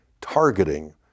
targeting